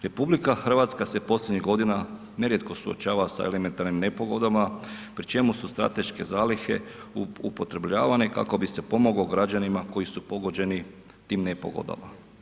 RH se posljednjih godina nerijetko suočava sa elementarnim nepogodama pri čemu su strateške zalihe upotrebljavane kako bi se pomoglo građanima koji su pogođeni tim nepogodama.